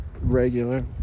Regular